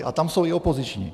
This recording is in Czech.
A tam jsou i opoziční.